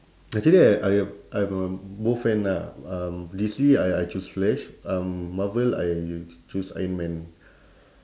actually I I I'm a both fan lah um D_C I I choose flash um marvel I choose ironman